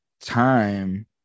time